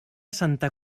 santa